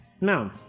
No